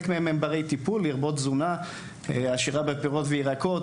לרבות תזונה עשירה בפירות וירקות,